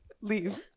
leave